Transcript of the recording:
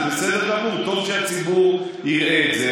זה בסדר גמור, טוב שהציבור יראה את זה.